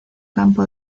campo